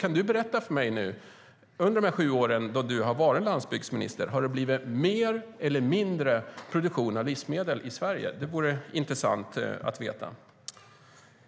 Kan du berätta för mig om det har blivit mer eller mindre produktion av livsmedel i Sverige under de sju år då du varit landsbygdsminister? Det vore intressant att veta.